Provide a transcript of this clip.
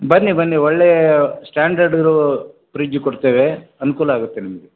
ಬನ್ನಿ ಬನ್ನಿ ಒಳ್ಳೆಯ ಸ್ಟ್ಯಾಂಡರ್ಡ್ ಇರೋ ಫ್ರಿಜ್ ಕೊಡ್ತೇವೆ ಅನುಕೂಲ ಆಗುತ್ತೆ ನಿಮಗೆ